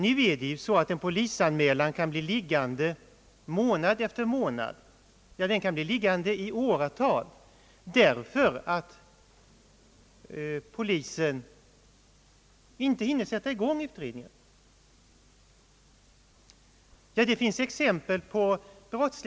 Nu kan en polisanmälan bli liggande månad efter månad, kanske rentav i åratal, därför att polisen inte hinner sätta i gång utredningen.